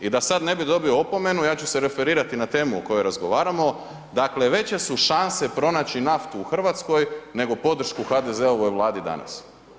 I da sad ne bi dobio opomenu, ja ću se referirati na temu o kojoj razgovaramo, dakle, veće su šanse pronaći naftu u Hrvatskoj, nego podršku HDZ-ovoj Vladi danas.